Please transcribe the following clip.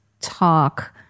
talk